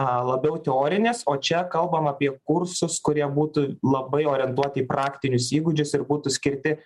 labiau teorinis o čia kalbam apie kursus kurie būtų labai orientuoti į praktinius įgūdžius ir būtų skirti